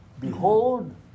Behold